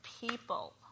people